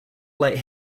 light